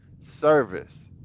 service